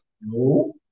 No